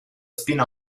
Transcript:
spin